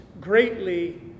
greatly